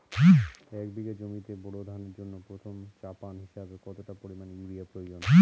এক বিঘা জমিতে বোরো ধানের জন্য প্রথম চাপান হিসাবে কতটা পরিমাণ ইউরিয়া প্রয়োজন?